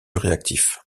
réactif